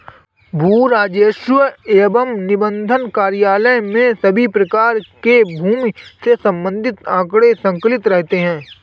भू राजस्व एवं निबंधन कार्यालय में सभी प्रकार के भूमि से संबंधित आंकड़े संकलित रहते हैं